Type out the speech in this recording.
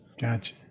Gotcha